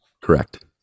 correct